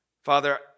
Father